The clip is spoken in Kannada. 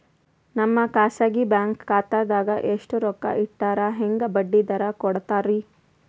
ನಮ್ಮ ಖಾಸಗಿ ಬ್ಯಾಂಕ್ ಖಾತಾದಾಗ ಎಷ್ಟ ರೊಕ್ಕ ಇಟ್ಟರ ಹೆಂಗ ಬಡ್ಡಿ ದರ ಕೂಡತಾರಿ?